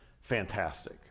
fantastic